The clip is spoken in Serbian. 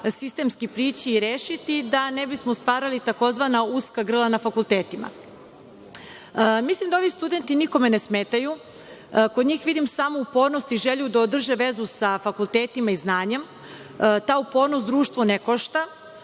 sistemski prići i rešiti ga, da ne bismo stvarali tzv. uska grla na fakultetima. Ovi studenti nikome ne smetaju. Kod njih vidim samo upornost i želju da održe vezu sa fakultetima i znanjem. Ta upornost društvo ne košta,